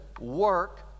work